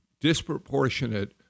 disproportionate